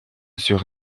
sur